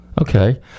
Okay